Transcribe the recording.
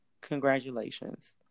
congratulations